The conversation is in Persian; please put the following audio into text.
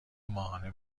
ماهانه